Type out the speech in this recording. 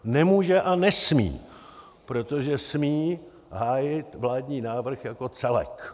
Nemůže a nesmí, protože smí hájit vládní návrh jako celek.